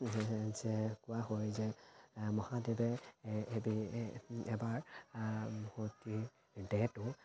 যে কোৱা হয় যে মহাদেৱে এবাৰ সতীৰ দেহটো